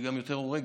והיא גם יותר הורגת,